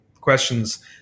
questions